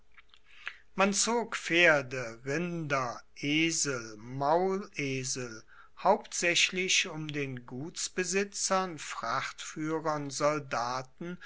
man zog pferde rinder esel maulesel hauptsaechlich um den gutsbesitzern frachtfuehrern soldaten